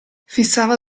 fissava